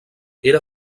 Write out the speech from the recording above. era